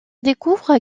découvre